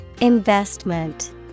Investment